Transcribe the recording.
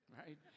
right